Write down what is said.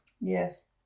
Yes